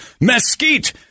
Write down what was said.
mesquite